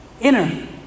Inner